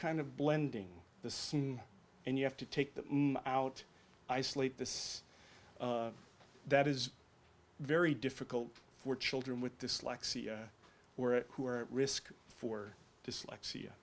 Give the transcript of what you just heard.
kind of blending the scene and you have to take them out isolate this that is very difficult for children with dyslexia where who are at risk for dyslexia